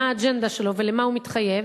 מה האג'נדה שלו ולמה הוא מתחייב,